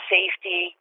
Safety